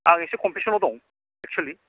आं एसे कनफिउसनाव दं एक्सुयेलि